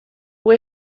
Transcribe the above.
hoe